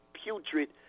putrid